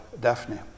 Daphne